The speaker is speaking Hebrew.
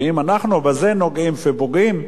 ואם אנחנו בזה נוגעים ופוגעים,